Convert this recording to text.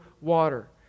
water